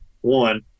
One